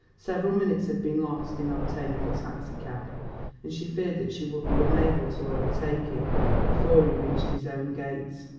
several minutes had been lost in obtaining a taxicab and she feared that she would be unable to overtake him before he reached his own gates.